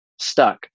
stuck